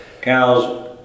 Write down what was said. Cows